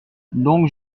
donc